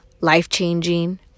life-changing